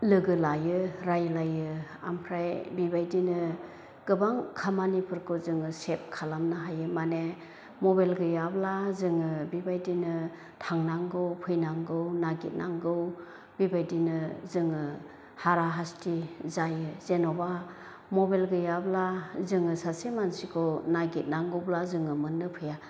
लोगो लायो रायलायो आमफ्राय बेबायदिनो गोबां खामानिफोरखौ जोङो सेभ खालामनो हायो माने मबेल गैयाब्ला जोङो बिबायदिनो थानांगौ फैनांगौ नागिरनांगौ बेबायदिनो जोङो हारा हास्थि जायो जेन'बा मबेल गैयाब्ला जोङो सासे मानसिखौ नागिदनांगौब्ला जोङो मोननो फैया